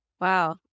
Wow